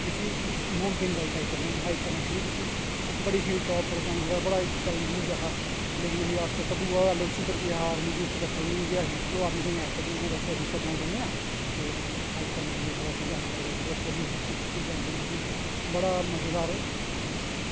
mountain bikes hike करनी hike करनां शुरु कीती बड़ा टॉप उप्पर साईं दा बड़ा चैलेंज़िंग जेहा हा लोेकिन असें दूआ बी हा आस्ता आस्ता दूआ ऐल ओ सी पर असें आर्मी गी आक्खेआ अस उप्पर जाना चाह्न्ने आं ते हाईक करनां चांह्दे चलो असें करना शुरु कीती बड़ा मज़ेदार